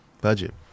Budget